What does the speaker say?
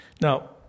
Now